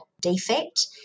defect